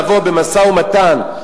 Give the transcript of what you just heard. לבוא במשא-ומתן,